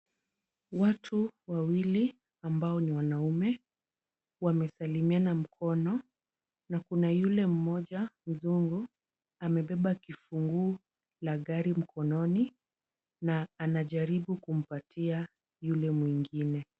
Watu wawili ambao ni wanaume wamesalimiana mkono na kuna yule mmoja mzungu amebeba kifunguu la gari mkononi na anajaribu kumpatia yule mwingine.